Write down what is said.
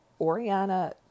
Oriana